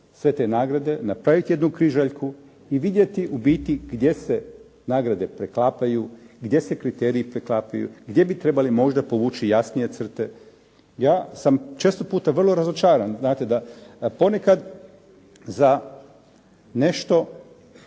sve te nagrade, napravit jednu križaljku i vidjeti u biti gdje se nagrade preklapaju, gdje se kriteriji preklapaju, gdje bi trebali možda povući jasnije crte. Ja sam često puta vrlo razočaran da ponekad za nešto